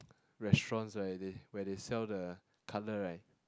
restaurants right they where they sell the cutlet right